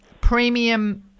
premium